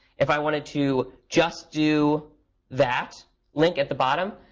if i wanted to just do that link at the bottom,